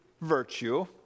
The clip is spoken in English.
virtue